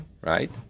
right